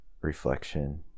reflection